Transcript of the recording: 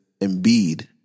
Embiid